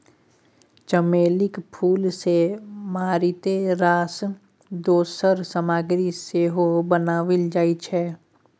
चमेलीक फूल सँ मारिते रास दोसर सामग्री सेहो बनाओल जाइत छै